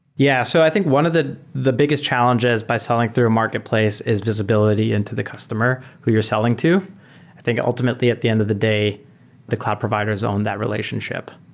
yeah. so i think one of the the biggest challenges by selling through a marketplace is visibility into the customer who you're selling to. i think ultimately at the end of the day the cloud providers own that relationship.